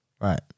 Right